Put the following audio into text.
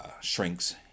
shrinks